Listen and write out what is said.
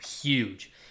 huge